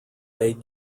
made